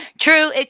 True